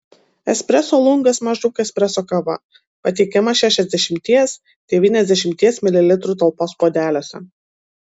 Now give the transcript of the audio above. espreso lungas maždaug espreso kava pateikiama šešiasdešimties devyniasdešimties mililitrų talpos puodeliuose